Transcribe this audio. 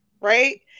Right